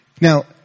Now